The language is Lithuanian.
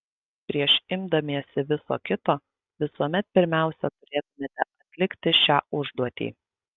prieš imdamiesi viso kito visuomet pirmiausia turėtumėte atlikti šią užduotį